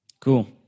Cool